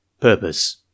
Purpose